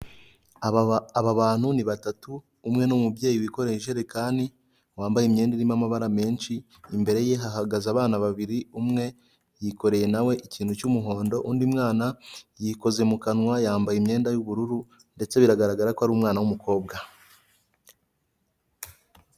Aba bantu ni batatu, umwe n'umubyeyi wikoreye ijerekani, wambaye imyenda irimo amabara menshi, imbere ye ha hagaze abana babiri, umwe yikoreye na we ikintu cy'umuhondo, undi mwana yikoze mu kanwa yambaye imyenda y'ubururu, ndetse bigaragara ko ari umwana w'umukobwa.